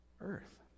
earth